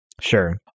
Sure